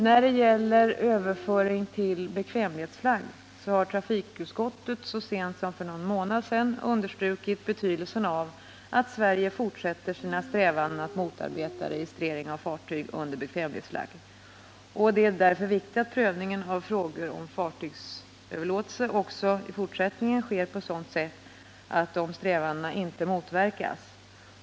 När det gäller överföring till bekvämlighetsflagg har trafikutskottet så sent som för någon månad sedan understrukit betydelsen av att Sverige fortsätter sina strävanden att motarbeta registrering av fartyg under bekvämlighetsflagg. Det är därför viktigt att prövningen av frågor om fartygsöverlåtelser också i fortsättningen sker på sådant sätt att dessa strävanden inte motverkas.